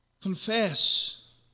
Confess